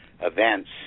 events